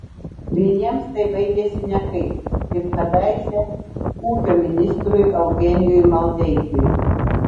vieniems tai baigiasi nekaip kaip kadaise ūkio ministrui eugenijui maldeikiui